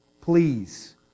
Please